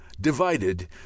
divided